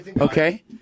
Okay